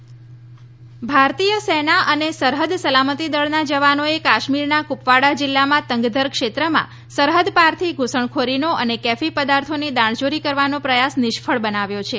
કાશ્મીર ઘૂસણખોરી ભારતીય સેના અને સરહદ સલામતી દળના જવાનોએ કાશ્મીરના ક્રપવાડા જિલ્લામાં તંગધર ક્ષેત્રમાં સરહદપારથી ધ્સણખોરીનો અને કેફી પદાર્થોની દાણચોરી કરવાનો પ્રયાસ નિષ્ફળ બનાવ્યો છે